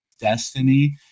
destiny